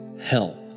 health